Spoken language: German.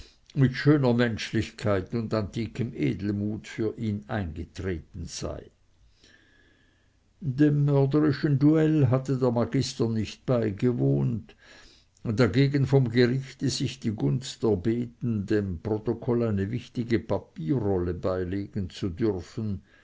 mit schöner menschlichkeit und antikem edelmute für ihn eingetreten sei dem mörderischen duell hatte der magister nicht beigewohnt dagegen vom gerichte sich die gunst erbeten dem protokoll eine wichtige papierrolle beilegen zu dürfen